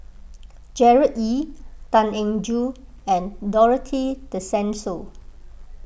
Gerard Ee Tan Eng Joo and Dorothy Tessensohn